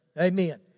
Amen